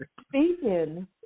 Speaking